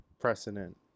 precedent